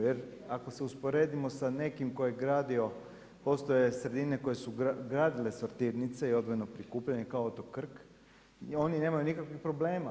Jer ako se usporedimo sa nekim tko je gradio postoje sredine koje su gradile sortirnice i odvojeno prikupljanje kao otok Krk, oni nemaju nikakvih problema.